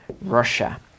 Russia